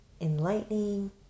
enlightening